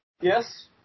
Yes